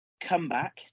comeback